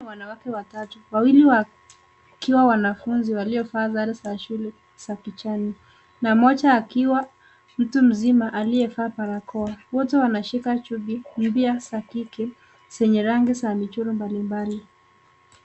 Wanawake watatu, wawili wakiwa wanafunzi waliovaa sare za shule za kijani na mmoja akiwa mtu mzima aliyevaa barakoa . Wote wanashika chupi za kike zenye rangi za michoro mbalimbali.